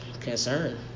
concern